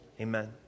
Amen